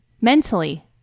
Mentally